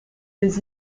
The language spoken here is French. les